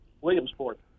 Williamsport